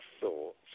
thoughts